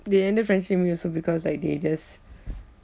they ended friendship with me also because like they just